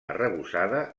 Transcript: arrebossada